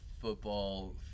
football